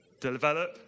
Develop